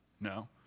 No